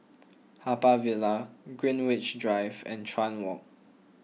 Haw Par Villa Greenwich Drive and Chuan Walk